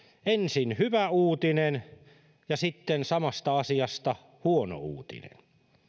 ensin hyvä uutinen ja sitten samasta asiasta huono uutinen